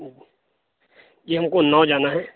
جی ہم کو اناؤ جانا ہے